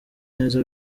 neza